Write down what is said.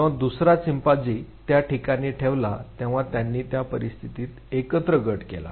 जेव्हा दुसरा चिंपांझी त्या ठिकाणी ठेवला तेव्हा त्यांनी त्या परिस्थितीत एकत्र गट केला